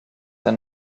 der